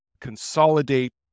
consolidate